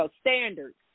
standards